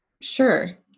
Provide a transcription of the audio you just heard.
sure